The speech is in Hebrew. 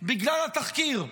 בגלל התחקיר,